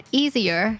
easier